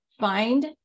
find